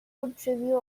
review